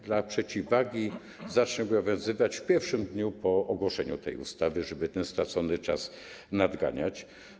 Dla przeciwwagi - zacznie obowiązywać w pierwszym dniu po ogłoszeniu tej ustawy, żeby ten stracony czas nadgonić.